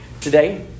today